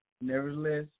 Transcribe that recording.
nevertheless